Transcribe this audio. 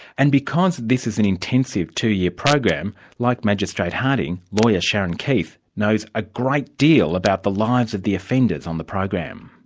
and because this is an intensive two-year program, like magistrate harding, lawyer sharon keith knows a great deal about the lives of the offenders on the program.